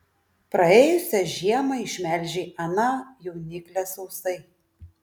praėjusią žiemą išmelžei aną jauniklę sausai